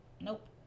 nope